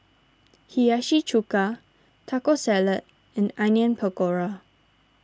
Hiyashi Chuka Taco Salad and Onion Pakora